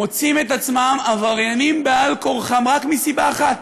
מוצאים את עצמם עבריינים על-כורחם רק מסיבה אחת: